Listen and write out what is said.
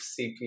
cp